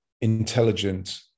intelligent